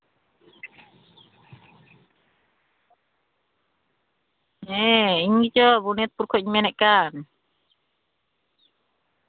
ᱦᱮᱸ ᱤᱧ ᱢᱟᱛᱚ ᱜᱚᱱᱮᱛᱯᱩᱨ ᱠᱷᱚᱡ ᱤᱧ ᱢᱮᱱᱮᱛ ᱠᱟᱱ